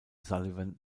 sullivan